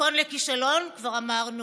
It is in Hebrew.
מתכון לכישלון כבר אמרנו?